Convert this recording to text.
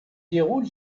déroule